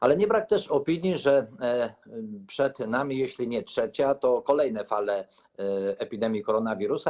Ale nie brak też opinii, że przed nami, jeśli nie trzecia fala, to kolejne fale epidemii koronawirusa.